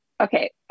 okay